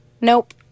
Nope